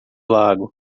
lago